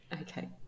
Okay